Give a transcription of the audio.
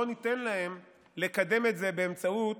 לא ניתן להם לקדם את זה באמצעות